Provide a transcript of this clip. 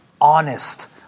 honest